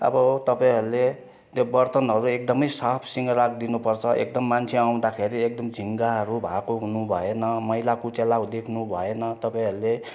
अब तपाईँहरूले बर्तनहरू एकदम साफसँग राखिदिनु पर्छ एकदम मान्छे आउँदाखेरि एकदम झिङाहरू भएको हुनु भएन मैला कुचेला देख्नु भएन तपाईँहरूले